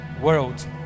world